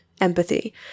Empathy